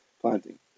planting